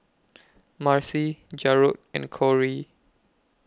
Marcy Jarod and Korey